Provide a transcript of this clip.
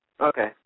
Okay